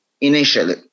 initially